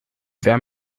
wer